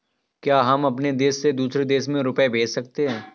क्या हम अपने देश से दूसरे देश में रुपये भेज सकते हैं?